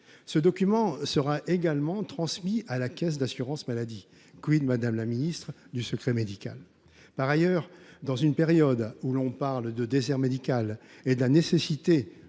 Ce document sera également transmis à la caisse d’assurance maladie. Madame la ministre, du secret médical ? Par ailleurs, alors que l’on parle de déserts médicaux et de la nécessité